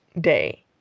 day